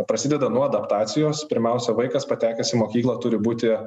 prasideda nuo adaptacijos pirmiausia vaikas patekęs į mokyklą turi būti